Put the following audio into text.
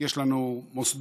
יש לנו מוסדות,